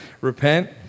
Repent